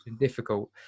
difficult